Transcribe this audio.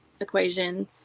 equation